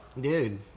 Dude